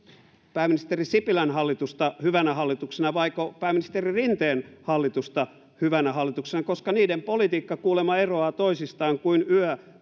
pääministeri sipilän hallitusta hyvänä hallituksena vaiko pääministeri rinteen hallitusta hyvänä hallituksena koska niiden politiikka kuulemma eroaa toisistaan kuin yö